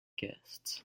guests